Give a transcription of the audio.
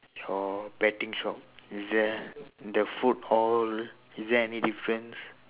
or betting shop is there the food hall is there any difference